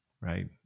right